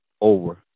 over